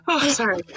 sorry